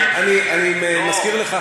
אני מזכיר לך,